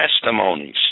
testimonies